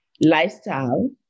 lifestyle